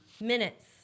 minutes